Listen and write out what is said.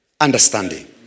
Understanding